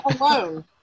alone